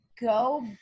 go